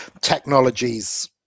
technologies